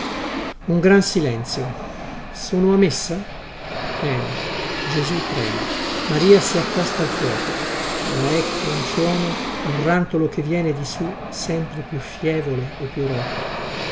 un gran silenzio sono a messa bene gesu trema maria si accosta al fuoco ma ecco un suono un rantolo che viene di su sempre più fievole e più roco